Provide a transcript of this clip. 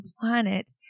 planet